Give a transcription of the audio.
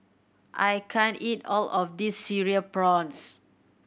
I can't eat all of this Cereal Prawns